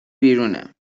بیرونه